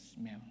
smell